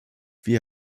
wir